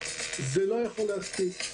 זה לא יכול להספיק.